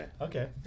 Okay